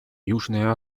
южная